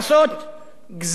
גזירות כלכליות.